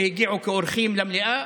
שהגיעו כאורחים למליאה,